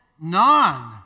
none